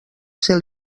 ser